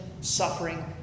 suffering